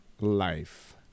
life